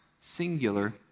singular